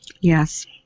Yes